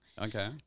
Okay